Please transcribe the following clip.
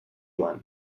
joan